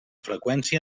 freqüència